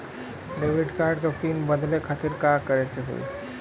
Debit card क pin बदले खातिर का करेके होई?